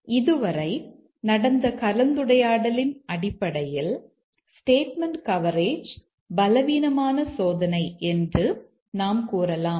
எனவே இதுவரை நடந்த கலந்துரையாடலின் அடிப்படையில் ஸ்டேட்மெண்ட் கவரேஜ் பலவீனமான சோதனை என்று நாம் கூறலாம்